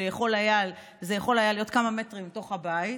שזה היה יכול להיות כמה מטרים בתוך הבית,